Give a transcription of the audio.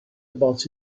about